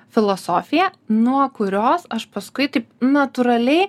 filosofija nuo kurios aš paskui taip natūraliai